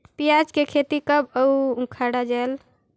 पियाज के खेती कब अउ उखाड़ा जायेल?